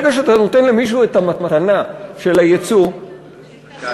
ברגע שאתה נותן למישהו את המתנה של הייצוא, כרוך.